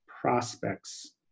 prospects